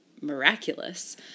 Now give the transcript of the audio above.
miraculous